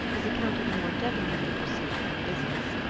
was accounted a more gentlemanly pursuit than business.